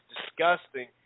disgusting